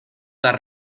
las